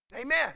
Amen